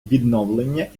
відновлення